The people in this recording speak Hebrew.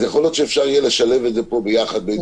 אז יכול להיות שאפשר יהיה לשלב את זה פה ביחד באיזושהי צורה.